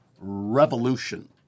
revolution